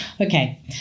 Okay